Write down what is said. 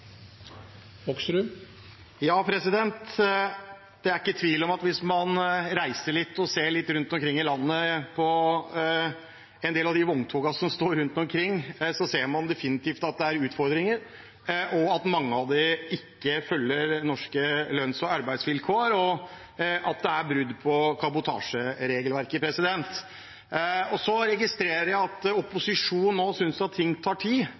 ikke tvil om at hvis man reiser litt rundt i landet og ser på en del av de vogntogene som står rundt omkring, ser man definitivt at det er utfordringer med at mange ikke følger norske lønns- og arbeidsvilkår, og at det er brudd på kabotasjeregelverket. Så registrerer jeg at opposisjonen nå synes at ting tar tid.